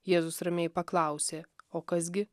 jėzus ramiai paklausė o kas gi